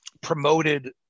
promoted